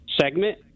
segment